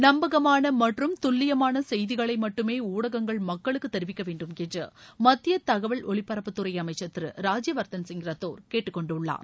நம்பகமான மற்றும் துல்லியமான செய்திகளை மட்டுமே ஊடகங்கள் மக்களுக்கு தெரிவிக்க வேண்டும் என்று மத்திய தகவல் ஒலிபரப்புத்துறை அமைச்சர் திரு ராஜ்யவர்தன்சிங் ரத்தோர் கேட்டுக் கொண்டுள்ளார்